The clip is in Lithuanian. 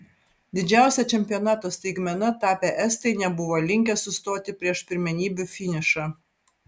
didžiausia čempionato staigmena tapę estai nebuvo linkę sustoti prieš pirmenybių finišą